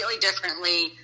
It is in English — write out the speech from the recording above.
differently